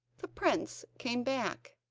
the prince came back,